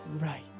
right